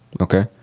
okay